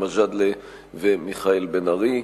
גאלב מג'אדלה ומיכאל בן-ארי,